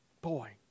boy